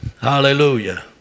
Hallelujah